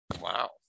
wow